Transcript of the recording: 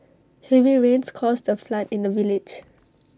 heavy rains caused A flood in the village